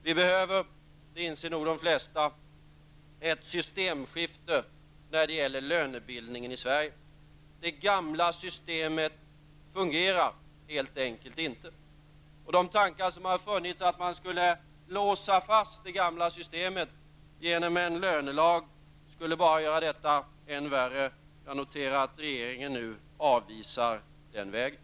Vi behöver -- det inser nog de flesta -- ett systemskifte när det gäller lönebildningen i Sverige. Det gamla systemet fungerar helt enkelt inte. De tankar som har funnits på att låsa fast det gamla systemet genom en lönelag skulle bara göra detta än värre; jag noterar att regeringen nu avvisar den vägen.